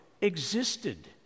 existed